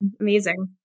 amazing